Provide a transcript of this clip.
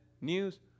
news